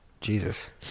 Jesus